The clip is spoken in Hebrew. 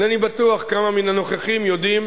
אינני בטוח כמה מן הנוכחים יודעים